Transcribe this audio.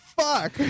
fuck